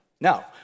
Now